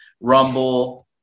rumble